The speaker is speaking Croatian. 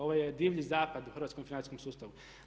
Ovo je divlji zapad u hrvatskom financijskom sustavu.